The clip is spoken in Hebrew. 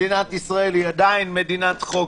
מדינת ישראל היא עדיין מדינת חוק,